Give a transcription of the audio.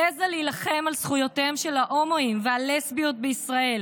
היא העזה להילחם על זכויותיהם של ההומואים והלסביות בישראל